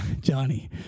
Johnny